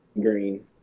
Green